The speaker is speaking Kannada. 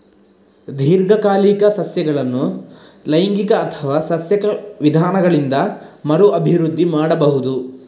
ದೀರ್ಘಕಾಲಿಕ ಸಸ್ಯಗಳನ್ನು ಲೈಂಗಿಕ ಅಥವಾ ಸಸ್ಯಕ ವಿಧಾನಗಳಿಂದ ಮರು ಅಭಿವೃದ್ಧಿ ಮಾಡಬಹುದು